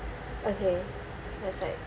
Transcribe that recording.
okay that's right